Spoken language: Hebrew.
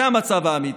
זה המצב האמיתי.